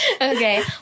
Okay